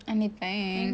anything